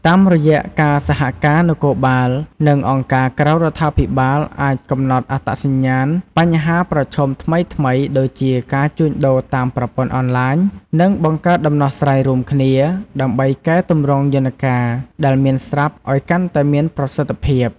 តាមរយៈការសហការ នគរបាល និងអង្គការក្រៅរដ្ឋាភិបាលអាចកំណត់អត្តសញ្ញាណបញ្ហាប្រឈមថ្មីៗដូចជាការជួញដូរតាមប្រព័ន្ធអនឡាញ និងបង្កើតដំណោះស្រាយរួមគ្នា ដើម្បីកែទម្រង់យន្តការដែលមានស្រាប់ឲ្យកាន់តែមានប្រសិទ្ធភាព។